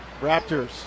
Raptors